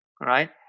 right